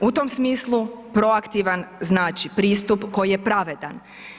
U tom smislu proaktivan znači pristup koji je pravedan.